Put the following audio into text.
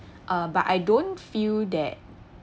uh but I don't feel that